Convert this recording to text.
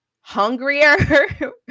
hungrier